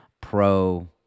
pro